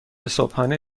صبحانه